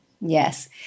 Yes